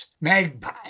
Magpie